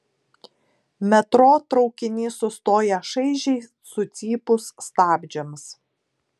metro traukinys sustoja šaižiai sucypus stabdžiams